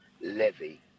Levy